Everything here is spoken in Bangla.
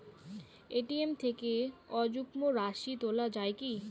এ.টি.এম থেকে অযুগ্ম রাশি তোলা য়ায় কি?